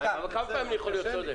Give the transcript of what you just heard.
כמה פעמים אני יכול להיות צודק?